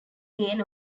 gain